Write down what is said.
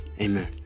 Amen